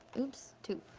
oops, two.